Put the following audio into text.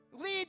Lead